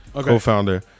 co-founder